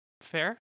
Fair